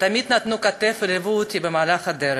שתמיד נתנו כתף וליוו אותי במהלך הדרך,